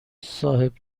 صاحب